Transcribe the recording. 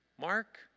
Mark